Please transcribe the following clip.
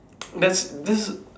that's this